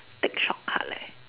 take shortcut leh